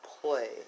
play